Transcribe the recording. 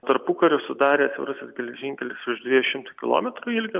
tarpukariu sudarė siaurasis geležinkelis virš dviejų šimtų kilometrų ilgio